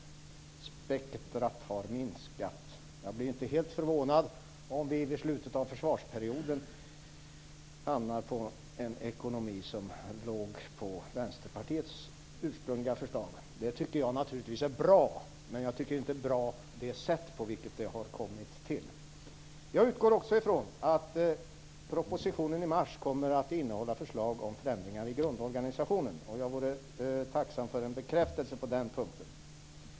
Spektrumet har minskat. Jag blir inte förvånad om vi i slutet av försvarsperioden får en ekonomi som ligger i nivå med Vänsterpartiets ursprungliga förslag. Det tycker jag naturligtvis är bra. Men jag tycker inte det sätt på vilket det har kommit till är bra. Jag utgår också ifrån att propositionen i mars kommer att innehålla förslag om förändringar i grundorganisationen. Jag vore tacksam för en bekräftelse på den punkten.